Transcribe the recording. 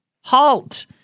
halt